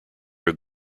have